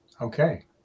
Okay